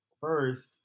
First